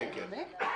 כן, כן.